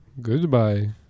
Goodbye